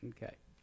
Okay